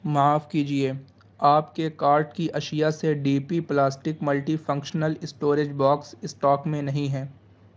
معاف کیجیے آپ کے کارٹ کی اشیاء سے D P plastic multi functional storage box stock میں نہیں ہے